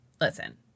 Listen